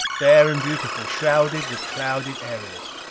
fair and beautiful, shrouded with clouded areas.